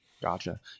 Gotcha